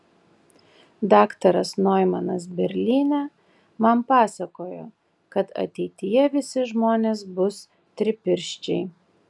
daktaras noimanas berlyne man pasakojo kad ateityje visi žmonės bus tripirščiai